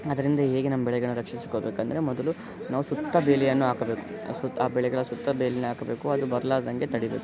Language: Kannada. ಅದರಿಂದ ಹೇಗೆ ನಮ್ಮ ಬೆಳೆಗಳನ್ನು ರಕ್ಷಿಸ್ಕೊಬೇಕಂದರೆ ಮೊದಲು ನಾವು ಸುತ್ತ ಬೇಲಿಯನ್ನು ಹಾಕಬೇಕು ಆ ಬೆಳೆಗಳ ಸುತ್ತ ಬೇಲಿನ ಹಾಕಬೇಕು ಅದು ಬರಲಾರದಂಗೆ ತಡೀಬೇಕು